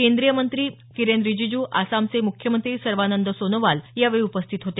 केंद्रीय क्रिडा मंत्री किरेन रिजिजू आसामचे मुख्यमंत्री सर्वानंद सोनोवाल यावेळी उपस्थित होते